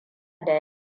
da